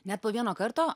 net po vieno karto